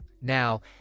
now